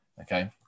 Okay